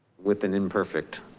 with an imperfect.